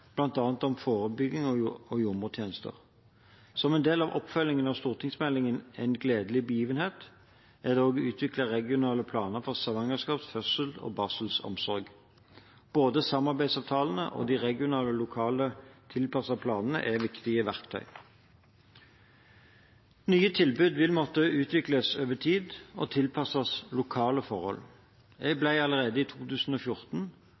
om forebygging og jordmortjenester. Som en del av oppfølgingen av stortingsmeldingen En gledelig begivenhet er det også utviklet regionale planer for svangerskaps-, fødsels- og barselomsorg. Både samarbeidsavtalene og de regionale, lokalt tilpassede planene er viktige verktøy. Nye tilbud vil måtte utvikles over tid og tilpasses lokale forhold. Jeg ble allerede i 2014